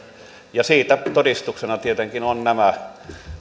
siitä todistuksena tietenkin ovat nämä